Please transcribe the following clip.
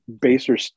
baser